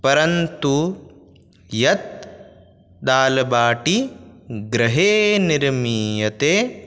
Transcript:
परन्तु यत् दालबाटी गृहे निर्मीयते